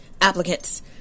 applicants